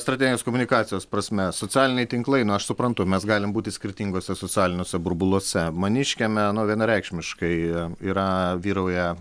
strateginės komunikacijos prasme socialiniai tinklai nu aš suprantu mes galim būti skirtinguose socialiniuose burbuluose maniškiame vienareikšmiškai yra vyrauja